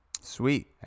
Sweet